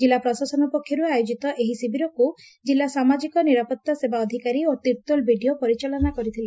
କିଲ୍ଲା ପ୍ରଶାସନ ପକ୍ଷରୁ ଆୟୋକିତ ଏହି ଶିବିରକୁ ଜିଲ୍ଲା ସାମାଜିକ ନିରାପତ୍ତା ସେବା ଅଧିକାରୀ ଓ ତିର୍ଭୋଲ ବିଡ଼ିଓ ପରିଚାଳନା କରିଥିଲେ